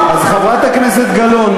אז חברת הכנסת גלאון,